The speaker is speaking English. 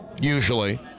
usually